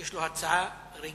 שיש לו הצעה רגילה.